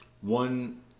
One